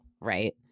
right